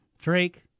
Drake